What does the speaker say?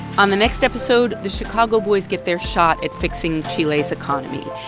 on the next episode, the chicago boys get their shot at fixing chile's economy.